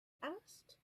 asked